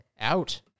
Out